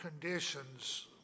conditions